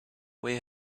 way